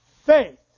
faith